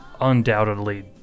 undoubtedly